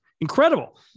incredible